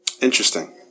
Interesting